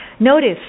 Notice